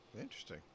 Interesting